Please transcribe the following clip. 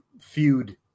feud –